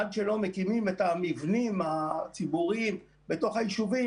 עד שלא מקימים את המבנים הציבוריים בתוך היישובים,